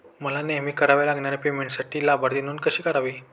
मला नेहमी कराव्या लागणाऱ्या पेमेंटसाठी लाभार्थी नोंद कशी करावी?